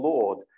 Lord